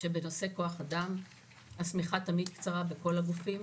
שבנושא כוח אדם השמיכה תמיד קצרה בכל הגופים,